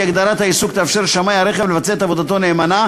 הגדרת העיסוק תאפשר לשמאי הרכב לבצע את עבודתו נאמנה,